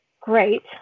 great